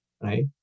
right